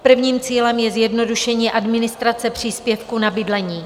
Prvním cílem je zjednodušení administrace příspěvku na bydlení.